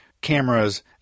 cameras